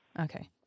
Okay